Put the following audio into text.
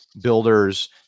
builders